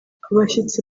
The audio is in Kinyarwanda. abashyitsi